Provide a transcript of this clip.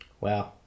Wow